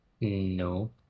No